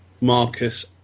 Marcus